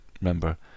remember